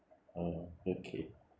oh okay